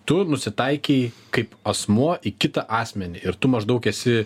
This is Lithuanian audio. tu nusitaikei kaip asmuo į kitą asmenį ir tu maždaug esi